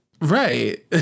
Right